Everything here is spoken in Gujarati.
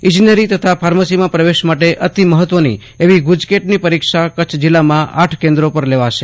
ઈજનેરી તથા ફાર્મસીમાં પ્રવેશ માટે અતિ મહત્વની એવી ગુજકેટની પરીક્ષા કચ્છ જિલ્લામાં આઠ કેન્દ્રો પર લેવાશે